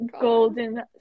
golden